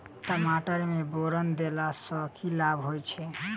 टमाटर मे बोरन देबा सँ की लाभ होइ छैय?